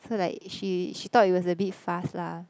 so like she she thought it was a bit fast lah